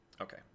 Okay